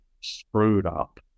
screwed-up